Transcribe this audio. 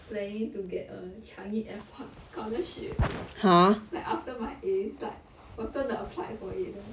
planning to get a changi airport scholarship like after my A's like 我真的 applied for it eh